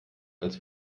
als